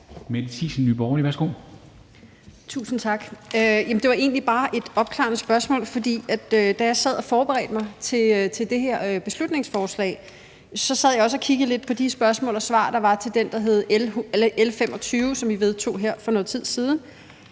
Mette Thiesen (NB): Tusind tak. Jeg har egentlig bare et opklarende spørgsmål, for da jeg sad og forberedte mig til det her beslutningsforslag, sad jeg også og kiggede lidt på de spørgsmål og svar, der var til lovforslag nr. L 25, som vi vedtog her for noget tid siden.